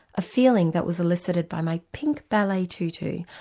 a feeling that was elicited by my pink ballet tutu,